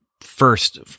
first